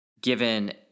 given